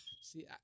See